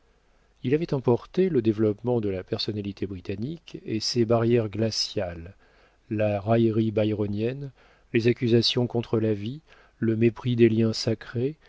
il avait importé le développement de la personnalité britannique et ses barrières glaciales la raillerie byronienne les accusations contre la vie le mépris des liens sacrés